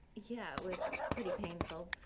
yeah. it was pretty painful.